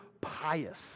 pious